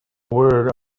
word